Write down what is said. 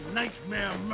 nightmare